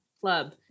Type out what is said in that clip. club